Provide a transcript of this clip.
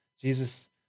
Jesus